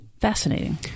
fascinating